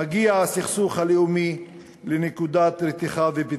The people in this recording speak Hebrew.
מגיע הסכסוך הלאומי לנקודת רתיחה ופיצוץ.